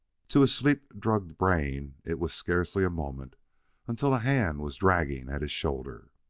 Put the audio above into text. to his sleep-drugged brain it was scarcely a moment until a hand was dragging at his shoulder.